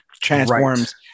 transforms